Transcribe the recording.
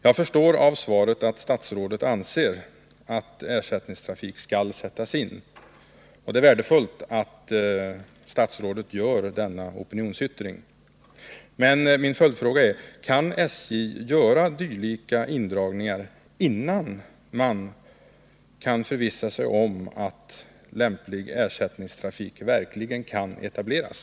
Jag förstår av svaret att statsrådet anser att ersättningstrafik skall sättas in. Det är värdefullt att statsrådet gör denna opinionsyttring. Men min följdfråga är: Kan SJ göra dylika indragningar innan man förvissar sig om att lämplig ersättningstrafik verkligen kan etableras?